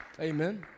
Amen